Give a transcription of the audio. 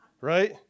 right